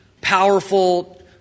powerful